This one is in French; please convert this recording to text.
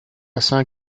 cinq